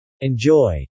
Enjoy